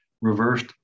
reversed